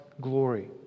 glory